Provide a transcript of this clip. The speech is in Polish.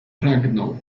pragnął